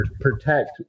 protect